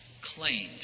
claimed